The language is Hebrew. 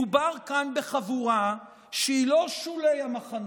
מדובר כאן בחבורה שהיא לא שולי המחנה.